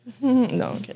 No